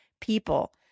People